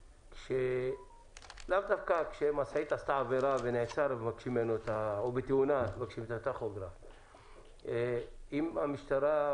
לאו דווקא כשמשאית עשתה עבירה או בתאונה שמבקשים את הטכוגרף; אם המשטרה,